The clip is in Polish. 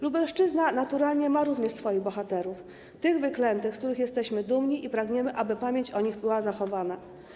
Lubelszczyzna naturalnie ma również swoich bohaterów - tych wyklętych, z których jesteśmy dumni, i pragniemy, aby pamięć o nich była zachowana.